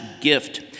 gift